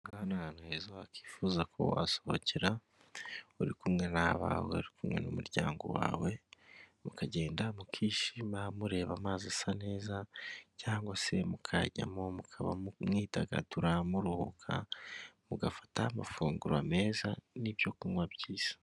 Aha ni ahantu heza wakwifuza kuba wasohokera, uri kumwe n'abawe, uri kumwe n'umuryango wawe, mukagenda mukishima, mureba amazi asa neza cyangwa se mukajyamo mukaba mwidagadura, muruhuka, mugafata amafunguro meza n'ibyo kunywa byiza.